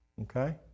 okay